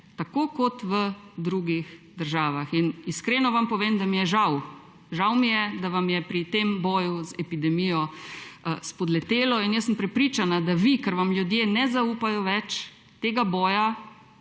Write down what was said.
tako kot v drugih državah. Iskreno vam povem, da mi je žal, žal mi je, da vam je pri tem boju z epidemijo spodletelo. Prepričana sem, da vi, ker vam ljudje ne zaupajo več, tega boja